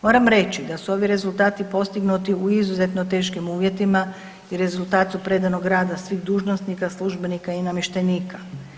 Moram reći da su ovi rezultati postignuti u izuzetno teškim uvjetima i rezultat su predanog rada svih dužnosnika, službenika i namještenika.